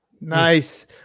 Nice